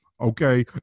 Okay